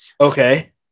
Okay